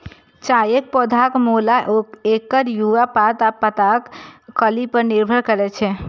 चायक पौधाक मोल एकर युवा पात आ पातक कली पर निर्भर करै छै